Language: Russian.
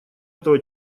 этого